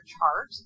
chart